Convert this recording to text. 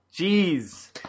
Jeez